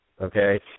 okay